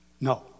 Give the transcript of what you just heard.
No